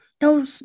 no